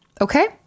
Okay